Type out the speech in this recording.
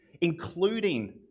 including